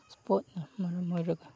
ꯄꯣꯠꯅ ꯃꯔꯝ ꯑꯣꯏꯔꯒ